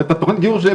ותכנית הגיור שלי,